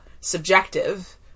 subjective